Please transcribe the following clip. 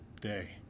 day